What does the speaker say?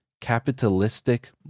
capitalistic